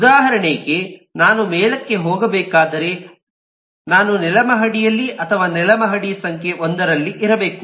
ಉದಾಹರಣೆಗೆ ನಾನು ಮೇಲಕ್ಕೆ ಹೋಗಬೇಕಾದರೆ ನಾನು ನೆಲ ಮಹಡಿಯಲ್ಲಿ ಅಥವಾ ನೆಲಮಹಡಿ ಸಂಖ್ಯೆ 1 ರಲ್ಲಿರಬೇಕು